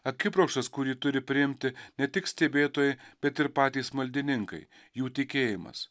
akibrokštas kurį turi priimti ne tik stebėtojai bet ir patys maldininkai jų tikėjimas